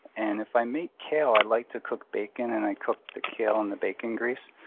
and if i make kale, i like to cook bacon and i cook the kale in the bacon grease.